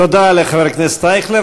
תודה לחבר הכנסת אייכלר.